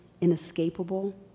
inescapable